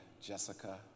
Jessica